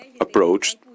approached